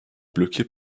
bloqué